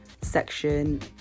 section